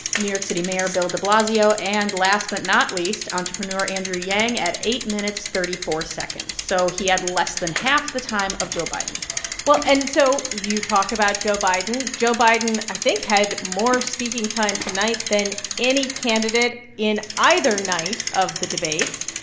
new york city mayor bill de blasio and, last but not least, entrepreneur andrew yang at eight minutes, thirty four seconds. so he had less than half the time of joe biden well and so you talk about joe biden. joe biden, i think, had more speaking time tonight than any candidate in either night of the debates.